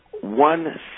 one